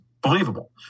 believable